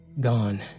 Gone